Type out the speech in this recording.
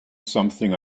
something